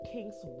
King's